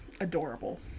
adorable